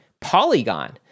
Polygon